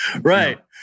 Right